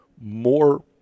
more